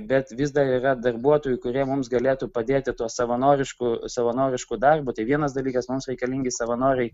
bet vis dar yra darbuotojų kurie mums galėtų padėti tuo savanorišku savanorišku darbu tai vienas dalykas mums reikalingi savanoriai